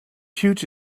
huge